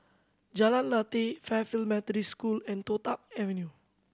Jalan Lateh Fairfield Methodist School and Toh Tuck Avenue